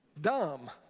dumb